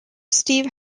steve